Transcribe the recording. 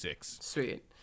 Sweet